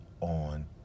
on